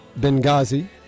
Benghazi